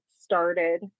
started